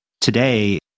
today